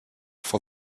for